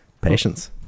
patience